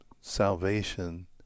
salvation